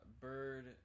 bird